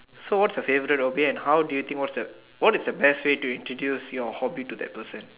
so what's your favorite o B and how do you think what's the what is the best way to introduce your hobby to that person